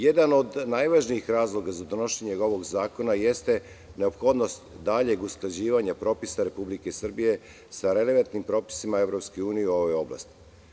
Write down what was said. Jedan od najvažnijih razloga za donošenje ovog zakona jeste neophodnost daljeg usklađivanja propisa RS sa relevantnim propisima EU u ovoj oblasti.